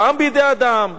גם בידי אדם,